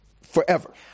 Forever